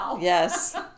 Yes